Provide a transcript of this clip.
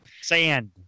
Sand